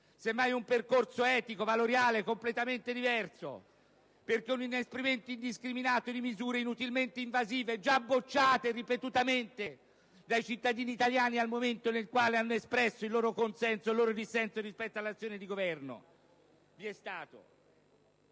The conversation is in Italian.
semmai, con un percorso etico, valoriale, completamente diverso, perché un inasprimento indiscriminato di misure inutilmente invasive è stato già bocciato ripetutamente dai cittadini italiani quando hanno espresso il loro consenso o il loro dissenso rispetto all'azione di governo. Ed allora,